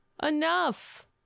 Enough